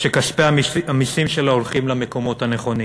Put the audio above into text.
שכספי המסים שלו הולכים למקומות הנכונים.